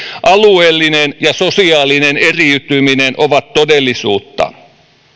alueellinen ja sosiaalinen eriytyminen ovat todellisuutta